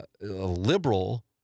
liberal